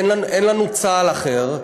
אין לנו צה"ל אחר.